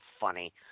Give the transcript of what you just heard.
funny